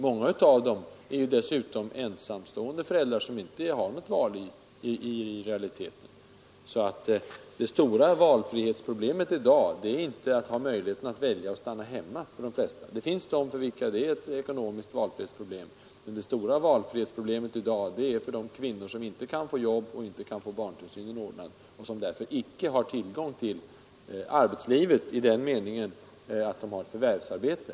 Många föräldrar är dessutom ensamstående och har därför i realiteten inte något val. Det stora valfrihetsproblemet i dag är för de flesta inte att välja att stanna hemma. Det finns människor för vilka det är ett ekonomiskt valfrihetsproblem, men det stora problemet i dag har de kvinnor som inte kan få jobb och inte kan få barntillsynen ordnad och som alltså inte har någon tillgång till arbetslivet i den meningen att de har förvärvsarbete.